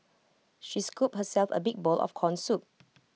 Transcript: she scooped herself A big bowl of Corn Soup